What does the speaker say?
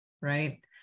right